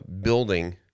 building